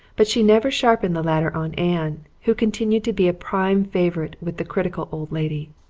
but she never sharpened the latter on anne, who continued to be a prime favorite with the critical old lady.